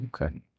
Okay